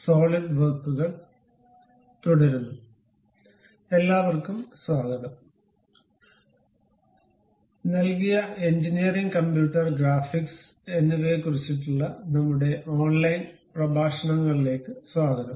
solid വർക്കുകൾ തുടരുന്നുഎൻപിടെൽ എല്ലാവര്ക്കും സ്വാഗതം നൽകിയ എഞ്ചിനീയറിംഗ് ഡ്രോയിംഗ് കമ്പ്യൂട്ടർ ഗ്രാഫിക്സ് എന്നിവയെക്കുറിച്ചുള്ള നമ്മളുടെ ഓൺലൈൻ പ്രഭാഷണങ്ങളിലേക്ക് സ്വാഗതം